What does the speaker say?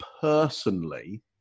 personally